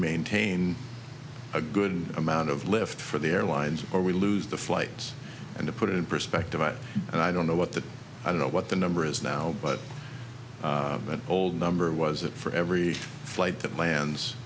maintain a good amount of lift for the airlines or we lose the flights and to put it in perspective and i don't know what the i don't know what the number is now but that old number was that for every flight that lands